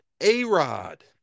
A-Rod